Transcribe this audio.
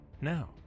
Now